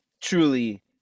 truly